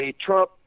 trump